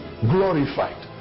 glorified